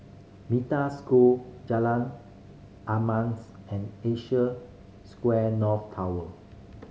Metta School Jalan and Asia Square North Tower